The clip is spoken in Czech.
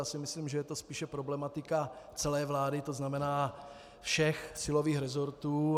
Já si myslím, že je to spíše problematika celé vlády, tzn. všech silových resortů.